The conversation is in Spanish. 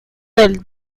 del